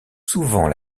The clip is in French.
souvent